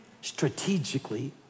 strategically